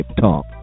Talk